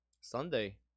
sunday